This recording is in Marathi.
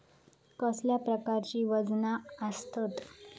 कसल्या प्रकारची वजना आसतत?